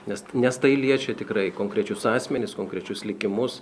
nes nes tai liečia tikrai konkrečius asmenis konkrečius likimus